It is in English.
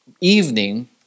evening